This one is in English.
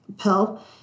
pill